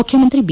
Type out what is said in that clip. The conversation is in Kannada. ಮುಖ್ಯಮಂತ್ರಿ ಬಿ